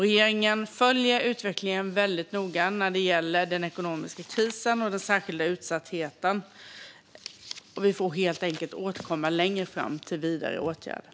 Regeringen följer utvecklingen väldigt noga när det gäller den ekonomiska krisen och den särskilda utsattheten. Och vi får helt enkelt återkomma längre fram i fråga om vidare åtgärder.